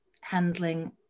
handling